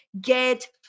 get